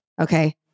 Okay